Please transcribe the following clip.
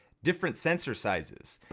different sensor sizes.